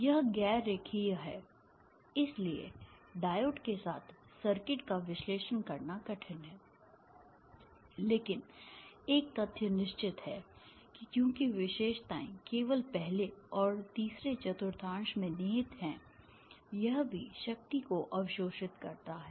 यह गैर रेखीय है इसलिए डायोड के साथ सर्किट का विश्लेषण करना कठिन है लेकिन एक तथ्य निश्चित है कि क्योंकि विशेषताएँ केवल पहले और तीसरे चतुर्थांश में निहित हैं यह भी शक्ति को अवशोषित करता है